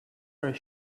are